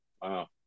Wow